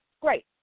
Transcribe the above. great